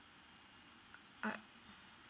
ah